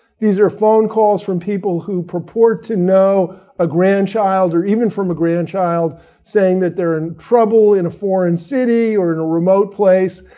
these are phone calls from people who purport to know a grandchild or even from a grandchild saying that they're in trouble in a foreign city or in a remote place,